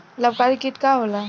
लाभकारी कीट का होला?